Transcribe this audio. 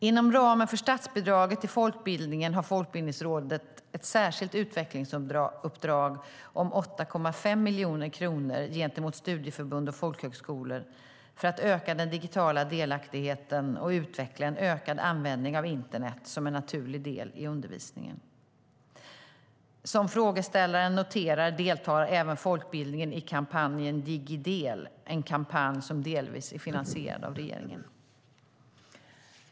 Inom ramen för statsbidraget till folkbildningen har Folkbildningsrådet ett särskilt utvecklingsuppdrag om 8,5 miljoner kronor gentemot studieförbund och folkhögskolor för att öka den digitala delaktigheten och utveckla en ökad användning av internet som en naturlig del i undervisningen. Som frågeställaren noterar deltar även folkbildningen i kampanjen Digidel, som delvis är finansierad av regeringen.